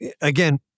again